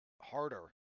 harder